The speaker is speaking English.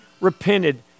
repented